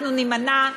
אנחנו נימנע,